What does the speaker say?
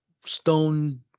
stone